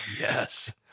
Yes